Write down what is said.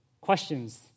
questions